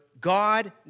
God